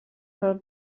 her